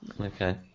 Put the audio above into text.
Okay